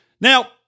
Now